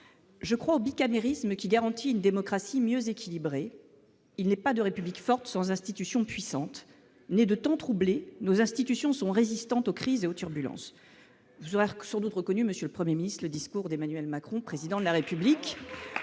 Je crois au bicamérisme, qui garantit une démocratie mieux équilibrée. Il n'est pas de République forte sans institutions puissantes. Nées de temps troublés, nos institutions sont résistantes aux crises et aux turbulences. » Sans doute, monsieur le Premier ministre, aurez-vous reconnu les mots d'Emmanuel Macron, Président de la République,